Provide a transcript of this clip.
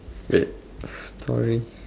wait story